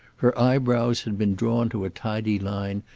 her eyebrows had been drawn to a tidy line,